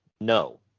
No